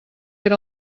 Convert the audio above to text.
era